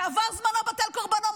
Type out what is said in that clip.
זה, עבר זמנו בטל קורבנו.